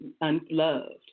unloved